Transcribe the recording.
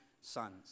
sons